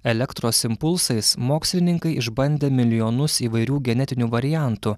elektros impulsais mokslininkai išbandė milijonus įvairių genetinių variantų